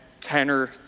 tenor